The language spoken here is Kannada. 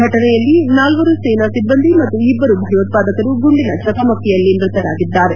ಘಟನೆಯಲ್ಲಿ ನಾಲ್ವರು ಸೇನಾ ಸಿಬ್ಬಂದಿ ಮತ್ತು ಇಬ್ಬರು ಭಯೋತ್ಪಾದಕರು ಗುಂಡಿನ ಚಕಮಕಿಯಲ್ಲಿ ಮೃತರಾಗಿದ್ದಾರೆ